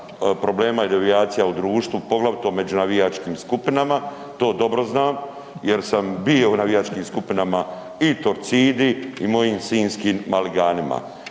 problema i devijacija u društvu, poglavito među navijačkim skupinama, to dobro znam jer sam bio u navijačkim skupinama i Torcidi i mojim sinjskim Maliganima.